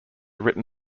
written